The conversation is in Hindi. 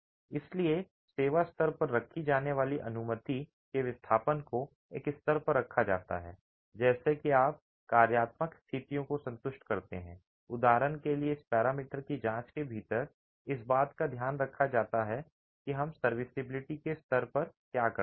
इसलिए सेवा स्तर पर रखी जाने वाली अनुमति के विस्थापन को एक स्तर पर रखा जाता है जैसे कि आप कार्यात्मक स्थितियों को संतुष्ट करते हैं उदाहरण के लिए इस पैरामीटर की जाँच के भीतर इस बात का ध्यान रखा जा सकता है कि हम सर्विसबिलिटी के स्तर पर क्या करते हैं